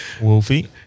Wolfie